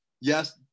yes